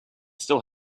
still